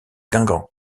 guingamp